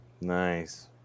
Nice